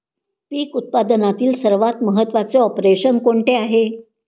पीक उत्पादनातील सर्वात महत्त्वाचे ऑपरेशन कोणते आहे?